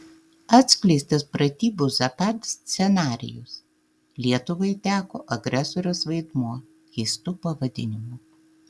atskleistas pratybų zapad scenarijus lietuvai teko agresorės vaidmuo keistu pavadinimu